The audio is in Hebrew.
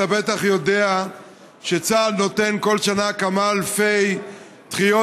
אתה בטח יודע שצה"ל נותן כל שנה כמה אלפי דחיות